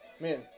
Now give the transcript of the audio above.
Man